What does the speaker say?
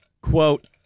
quote